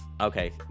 okay